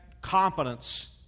competence